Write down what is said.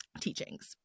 teachings